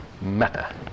Meta